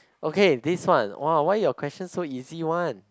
okay this one !wow! why your questions so easy one